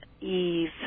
Eve